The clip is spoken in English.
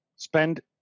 Spend